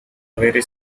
very